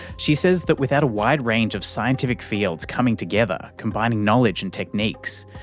she says that without a wide range of scientific fields coming together, combining knowledge and techniques,